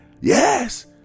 Yes